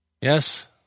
Yes